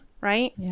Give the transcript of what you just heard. right